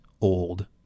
old